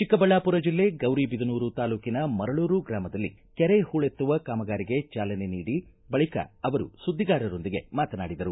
ಚಿಕ್ಕಬಳ್ಳಾಪುರ ಜಿಲ್ಲೆ ಗೌರಿಬಿದನೂರು ತಾಲೂಕಿನ ಮರಳೂರು ಗ್ರಾಮದಲ್ಲಿ ಕೆರೆ ಹೂಳೆತ್ತುವ ಕಾಮಗಾರಿಗೆ ಚಾಲನೆ ನೀಡಿ ಬಳಕ ಅವರು ಸುದ್ದಿಗಾರರೊಂದಿಗೆ ಮಾತನಾಡಿದರು